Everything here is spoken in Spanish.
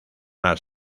las